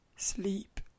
Sleep